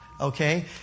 Okay